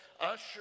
usher